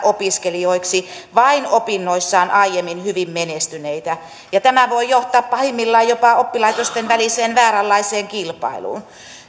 opiskelijoiksi vain opinnoissaan aiemmin hyvin menestyneitä tämä voi johtaa pahimmillaan jopa oppilaitosten väliseen vääränlaiseen kilpailuun